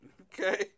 Okay